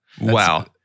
Wow